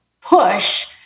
push